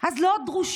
אז לא דרושה